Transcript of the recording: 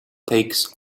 takes